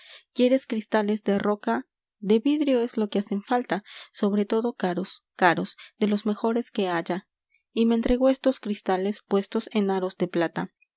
quieres cristales de roca de vidrio es lo que hacen falta sobre todo caros caros de los mejores que haya y me entregó estos cristales puestos en aros de plata